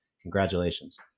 congratulations